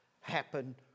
happen